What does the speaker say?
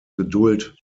geduld